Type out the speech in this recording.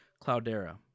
cloudera